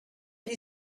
gli